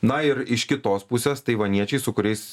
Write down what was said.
na ir iš kitos pusės taivaniečiai su kuriais